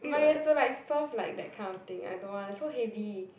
but you have to like serve like that kind of thing I don't want so heavy